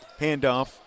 handoff